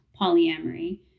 polyamory